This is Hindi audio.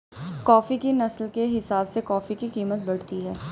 कॉफी की नस्ल के हिसाब से कॉफी की कीमत बढ़ती है